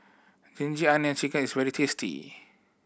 ginger onion chicken is very tasty